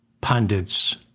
pundits